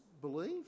believe